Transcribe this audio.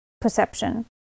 perception